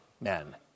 men